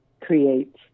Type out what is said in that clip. create